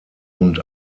und